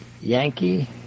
Yankee